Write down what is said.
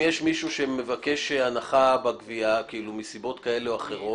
מה קורה אם יש מישהו שמבקש הנחה בגבייה מסיבות כאלה ואחרות?